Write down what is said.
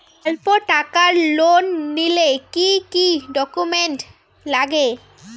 অল্প টাকার লোন নিলে কি কি ডকুমেন্ট লাগে?